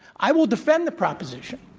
i will defend the proposition,